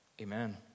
Amen